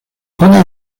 bone